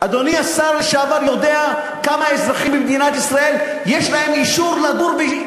אדוני השר לשעבר יודע כמה אזרחים במדינת ישראל יש להם אישור לגור,